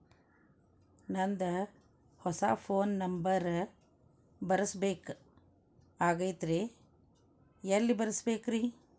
ನಂದ ಹೊಸಾ phone number ಬರಸಬೇಕ್ ಆಗೈತ್ರಿ ಎಲ್ಲೆ ಬರಸ್ಬೇಕ್ರಿ?